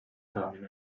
tahmin